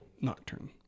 nocturne